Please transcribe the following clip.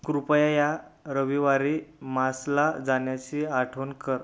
कृपया या रविवारी मासला जाण्याची आठवण कर